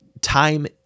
time